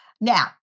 Now